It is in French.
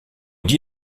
dit